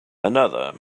another